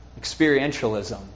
Experientialism